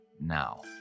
now